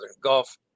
Gulf